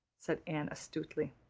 said anne astutely.